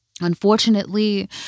unfortunately